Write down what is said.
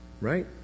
Right